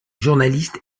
journaliste